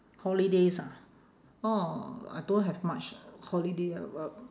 holidays ah oh I don't have much holiday ah but